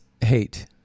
hate